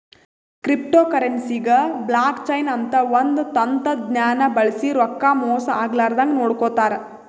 ಕ್ರಿಪ್ಟೋಕರೆನ್ಸಿಗ್ blockchain ಅಂತ್ ಒಂದ್ ತಂತಜ್ಞಾನ್ ಬಳ್ಸಿ ರೊಕ್ಕಾ ಮೋಸ್ ಆಗ್ಲರದಂಗ್ ನೋಡ್ಕೋತಾರ್